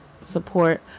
support